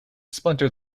splinter